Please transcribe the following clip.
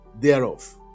thereof